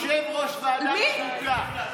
יושב-ראש ועדת חוקה,